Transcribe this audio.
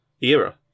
era